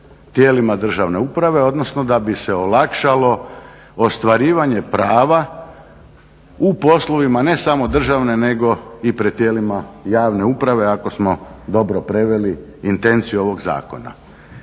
tijela državne uprave, odnosno da bi se olakšalo ostvarivanje prava u poslovima, ne samo državne nego i pred tijelima javne uprave ako smo dobro preveli intenciju ovog zakona.